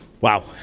Wow